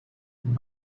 and